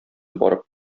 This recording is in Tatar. барып